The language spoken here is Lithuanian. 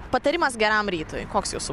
patarimas geram rytui koks jūsų